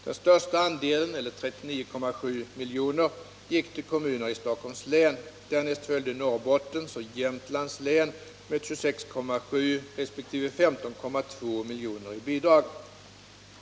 Den största andelen, eller 39,7 milj.kr., gick till kommuner i Stockholms län. Därnäst följde Norrbottens och Jämtlands län med 26,7 resp. 15,2 milj.kr. i bidrag.